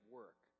work